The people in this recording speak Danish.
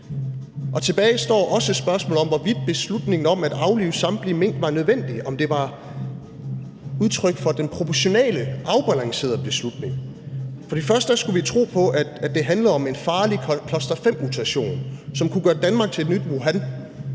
Og tilbage står også et spørgsmål om, hvorvidt beslutningen om at aflive samtlige mink var nødvendig; om det var udtryk for den proportionale, afbalancerede beslutning. For først skulle vi tro på, at det handlede om en farlig cluster-5-mutation, som kunne gøre Danmark til et nyt Wuhan.